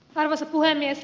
arvoisa puhemies